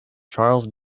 charles